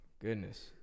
goodness